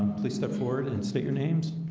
please step forward and state your names